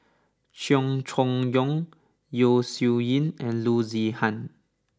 Cheong Choong Kong Yeo Shih Yun and Loo Zihan